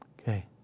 okay